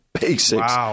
basics